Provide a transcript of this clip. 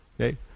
Okay